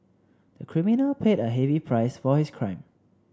the criminal paid a heavy price for his crime